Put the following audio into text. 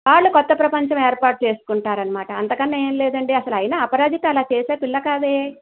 వాళ్ళు కొత్త ప్రపంచం ఏర్పాటు చేసుకుంటారనమాట అంతకన్నా ఏమి లేదండి అసలు అయిన అపరాజిత అలా చేసే పిల్ల కాదే